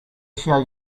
shall